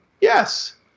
Yes